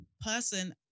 person